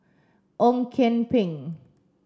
Ong Kian Peng